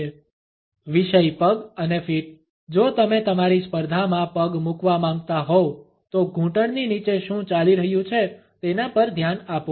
વિષય પગ અને ફીટ જો તમે તમારી સ્પર્ધામાં પગ મૂકવા માંગતા હોવ તો ઘૂંટણની નીચે શું ચાલી રહ્યું છે તેના પર ધ્યાન આપો